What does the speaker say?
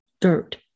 dirt